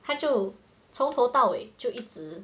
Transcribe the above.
他就从头到尾就一直